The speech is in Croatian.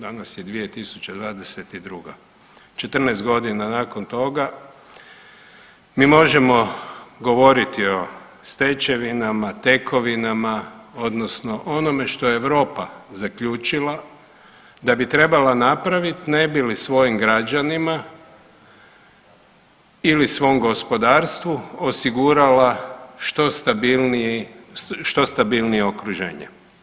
Danas je 2022. 14 godina nakon toga mi možemo govoriti o stečevinama, tekovinama, odnosno onome što je Europa zaključila da bi trebala napraviti ne bi li svojim građanima ili svom gospodarstvu osigurala što stabilnije okruženje.